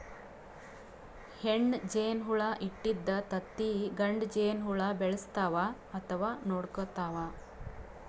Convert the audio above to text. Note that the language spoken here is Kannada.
ಹೆಣ್ಣ್ ಜೇನಹುಳ ಇಟ್ಟಿದ್ದ್ ತತ್ತಿ ಗಂಡ ಜೇನಹುಳ ಬೆಳೆಸ್ತಾವ್ ಅಥವಾ ನೋಡ್ಕೊತಾವ್